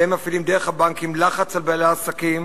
והם מפעילים דרך הבנקים לחץ על בעלי העסקים